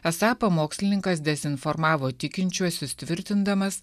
esą pamokslininkas dezinformavo tikinčiuosius tvirtindamas